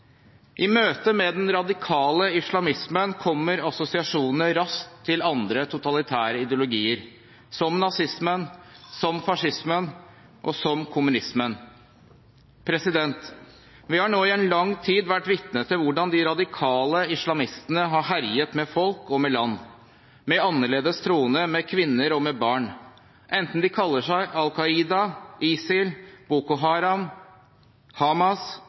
I møte med den radikale islamismen kommer assosiasjonene raskt til andre totalitære ideologier som nazismen, fascismen og kommunismen. Vi har nå i lang tid vært vitne til hvordan de radikale islamistene har herjet med folk og med land, med annerledes troende, med kvinner og med barn. Enten de kaller seg Al Qaida, ISIL, Boko Haram, Hamas,